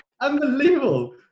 Unbelievable